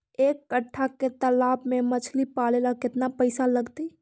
एक कट्ठा के तालाब में मछली पाले ल केतना पैसा लगतै?